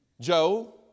Joe